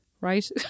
Right